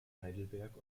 heidelberg